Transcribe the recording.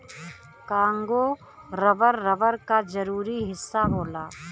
Congo rubber, rubber क जरूरी हिस्सा होला